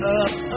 up